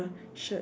shirt